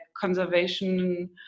conservation